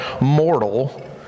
mortal